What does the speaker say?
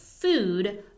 food